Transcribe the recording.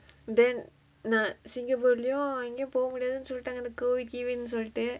then